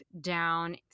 down